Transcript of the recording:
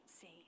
see